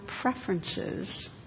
preferences